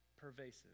pervasive